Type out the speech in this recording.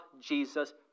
Jesus